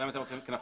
נכון.